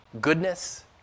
goodness